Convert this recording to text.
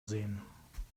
sehen